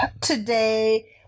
today